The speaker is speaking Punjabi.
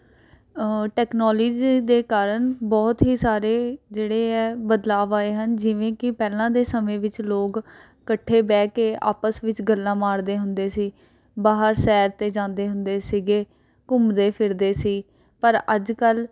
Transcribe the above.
ਟੈਕਨੋਲੋਜੀ ਦੇ ਕਾਰਨ ਬਹੁਤ ਹੀ ਸਾਰੇ ਜਿਹੜੇ ਹੈ ਬਦਲਾਵ ਆਏ ਹਨ ਜਿਵੇਂ ਕਿ ਪਹਿਲਾਂ ਦੇ ਸਮੇਂ ਵਿੱਚ ਲੋਕ ਇਕੱਠੇ ਬਹਿ ਕੇ ਆਪਸ ਵਿੱਚ ਗੱਲਾਂ ਮਾਰਦੇ ਹੁੰਦੇ ਸੀ ਬਾਹਰ ਸੈਰ 'ਤੇ ਜਾਂਦੇ ਹੁੰਦੇ ਸੀਗੇ ਘੁੰਮਦੇ ਫਿਰਦੇ ਸੀ ਪਰ ਅੱਜ ਕੱਲ੍ਹ